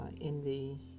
envy